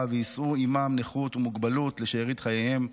ויישאו עימם נכות ומוגבלות לשארית חייהם.